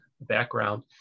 background